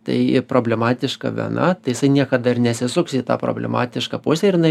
tai problematiška vena tai jisai niekada ir nesisuks į tą problematišką pusę ir jinai